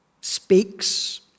speaks